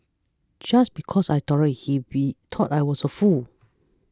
just because I tolerated he be thought I was a fool